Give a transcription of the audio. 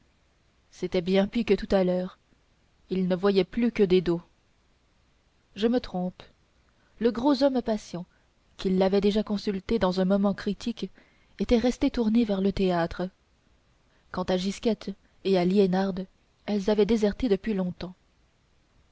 c'était bien pis que tout à l'heure il ne voyait plus que des dos je me trompe le gros homme patient qu'il avait déjà consulté dans un moment critique était resté tourné vers le théâtre quant à gisquette et à liénarde elles avaient déserté depuis longtemps